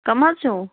کٕم حظ چھِو